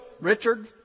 Richard